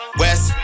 west